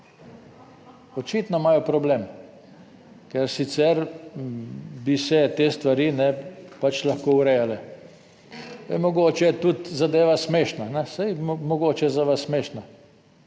očitno imajo problem, ker sicer bi se te stvari lahko urejale. Mogoče je tudi zadeva smešna, saj mogoče je za vas smešna,